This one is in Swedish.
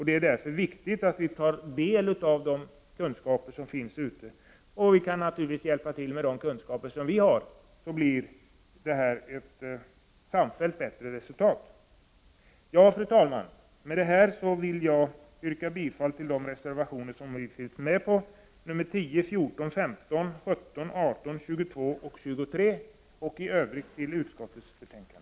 Det är därför viktigt att vi tar del av de kunskaper som finns ute i världen, och vi kan naturligtvis hjälpa till med de kunskaper vi har. Då får vi ett samfällt bättre resultat. Fru talman! Med detta vill jag yrka bifall till de reservationer som vi har undertecknat, nr 10, 14, 15, 17, 18, 22 och 23, och i övrigt till utskottets hemställan.